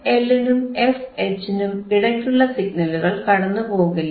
fL നും fH നും ഇടയ്ക്കുള്ള സിഗ്നലുകൾ കടന്നുപോകില്ല